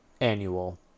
Annual